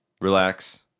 relax